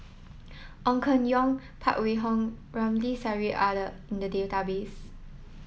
Ong Keng Yong Phan Wait Hong Ramli Sarip are the in the database